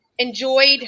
enjoyed